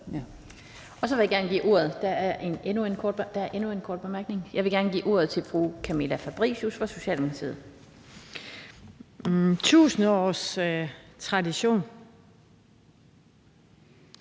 Tusind års tradition